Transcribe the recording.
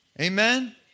Amen